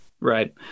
right